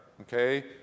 okay